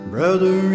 Brother